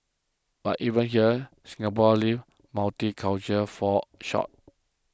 but even here Singapore's lived multicultural falls short